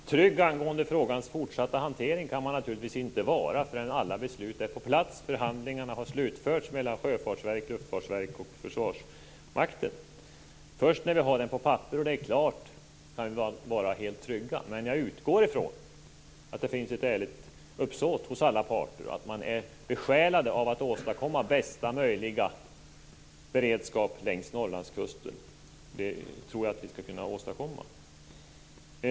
Fru talman! Trygg angående frågans fortsatta hantering kan man naturligtvis inte vara förrän alla beslut är på plats och förhandlingarna har slutförts mellan Sjöfartsverket, Luftfartsverket och Försvarsmakten. Först när vi har det på papper och det är klart kan vi vara helt trygga. Men jag utgår från att det finns ett ärligt uppsåt hos alla parter och att man är besjälad av att åstadkomma bästa möjliga beredskap längs Norrlandskusten. Jag tror att vi skall kunna åstadkomma det.